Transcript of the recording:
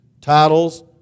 titles